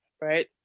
right